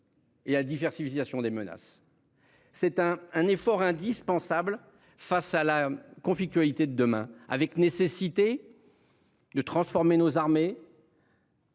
Et a diversification des menaces. C'est un, un effort indispensable face à la conflictualité de demain avec nécessité. De transformer nos armées.